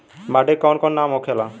माटी के कौन कौन नाम होखे ला?